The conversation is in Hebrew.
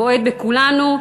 בועט בכולנו,